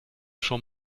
schon